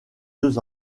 deux